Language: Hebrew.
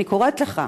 אני קוראת לך,